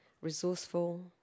resourceful